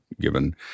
given